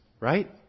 right